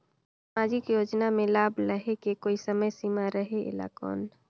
समाजिक योजना मे लाभ लहे के कोई समय सीमा रहे एला कौन?